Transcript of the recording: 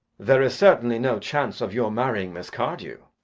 there is certainly no chance of your marrying miss cardew.